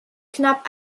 knapp